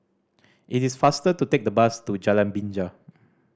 it is faster to take the bus to Jalan Binja